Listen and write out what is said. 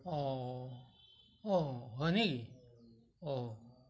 অঁ অঁ হয় নেকি অঁ